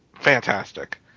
fantastic